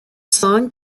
song